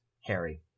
Harry